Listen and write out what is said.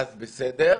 אז בסדר.